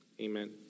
amen